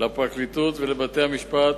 לפרקליטות ולבתי-המשפט